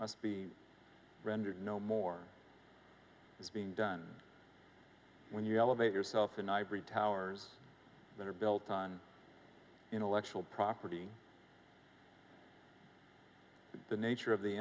must be rendered no more is being done when you elevate yourself in ivory towers that are built on intellectual property the nature